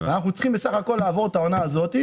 אנחנו צריכים בסך הכול לעבור את העונה הזאת,